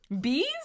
bees